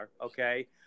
okay